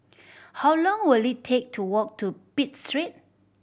how long will it take to walk to Pitt Street